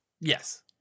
Yes